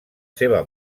seva